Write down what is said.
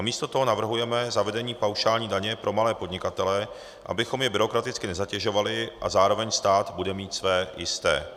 Místo toho navrhujeme zavedení paušální daně pro malé podnikatele, abychom je byrokraticky nezatěžovali, a zároveň stát bude mít své jisté.